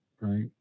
Right